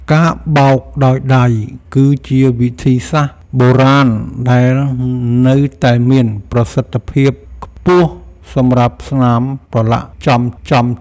ការបោកដោយដៃ គឺជាវិធីសាស្ត្របុរាណដែលនៅតែមានប្រសិទ្ធភាពខ្ពស់សម្រាប់ស្នាមប្រឡាក់ចំៗ។